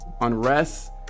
unrest